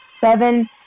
seven